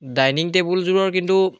dining টেবুলযোৰৰ কিন্তু